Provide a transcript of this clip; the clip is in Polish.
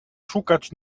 szukać